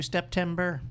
September